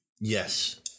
Yes